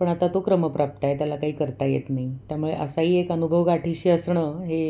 पण आता तो क्रमप्राप्त आहे त्याला काही करता येत नाही त्यामुळे असाही एक अनुभव गाठीशी असणं हे